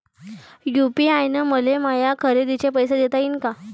UPI न मले माया खरेदीचे पैसे देता येईन का?